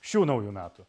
šių naujų metų